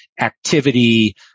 activity